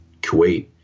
Kuwait